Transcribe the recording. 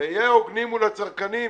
נהיה הוגנים מול הצרכנים,